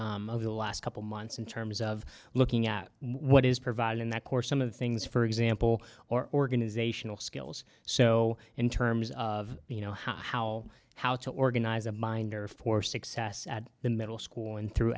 e over the last couple months in terms of looking at what is provided in that course some of the things for example or organisational skills so in terms of you know how how to organize a minder for success at the middle school and through